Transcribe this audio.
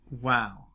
Wow